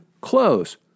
close